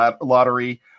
lottery